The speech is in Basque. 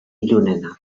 ilunena